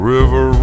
River